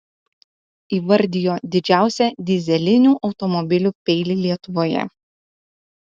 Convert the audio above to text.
įvardijo didžiausią dyzelinių automobilių peilį lietuvoje